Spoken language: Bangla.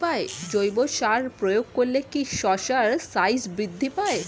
জৈব সার প্রয়োগ করলে কি শশার সাইজ বৃদ্ধি পায়?